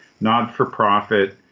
not-for-profit